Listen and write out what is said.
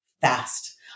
fast